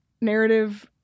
narrative